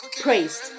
praised